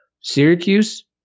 Syracuse